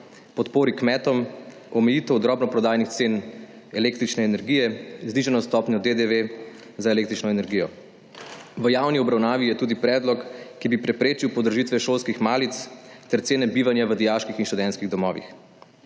podpori kmetom, omejitev drobnoprodajnih cen električne energije, znižano stopnjo DDV za električno energijo. V javni obravnavi je tudi predlog, ki bi preprečil podražitve šolskih malic ter cene bivanja v dijaških in študentskih domovih.